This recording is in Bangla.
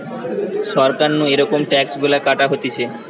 সরকার নু এরম ট্যাক্স গুলা কাটা হতিছে